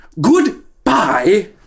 goodbye